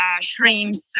shrimps